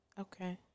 Okay